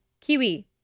Kiwi